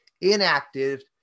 inactive